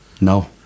No